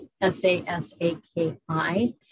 S-A-S-A-K-I